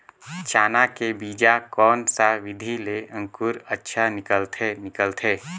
चाना के बीजा कोन सा विधि ले अंकुर अच्छा निकलथे निकलथे